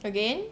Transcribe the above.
again